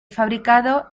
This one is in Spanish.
fabricado